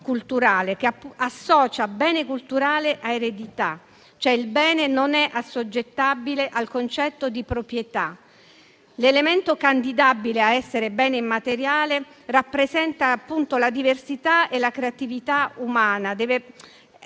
culturale, che associa bene culturale a eredità: il bene non è assoggettabile al concetto di proprietà. L'elemento candidabile a essere bene immateriale rappresenta, appunto, la diversità e la creatività umana. Deve possedere